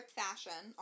fashion